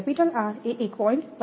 25 છે R એ 1